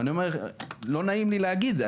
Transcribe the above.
ולא נעים לי להגיד,